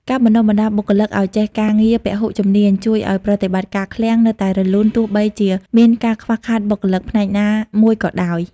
ការបណ្តុះបណ្តាលបុគ្គលិកឱ្យចេះការងារពហុជំនាញ ជួយឱ្យប្រតិបត្តិការឃ្លាំងនៅតែរលូនទោះបីជាមានការខ្វះខាតបុគ្គលិកផ្នែកណាមួយក៏ដោយ។